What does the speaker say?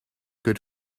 good